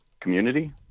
community